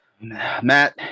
Matt